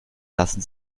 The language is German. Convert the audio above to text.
lassen